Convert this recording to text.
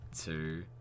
two